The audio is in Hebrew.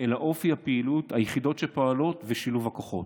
אלא אופי הפעילות, היחידות שפועלות ושילוב הכוחות.